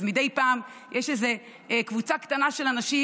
אז מדי פעם יש איזו קבוצה קטנה של אנשים